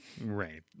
Right